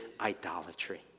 idolatry